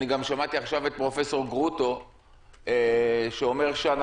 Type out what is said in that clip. גם שמעתי את פרופסור גרוטו עכשיו, שאומר